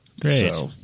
great